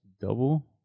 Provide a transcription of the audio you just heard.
double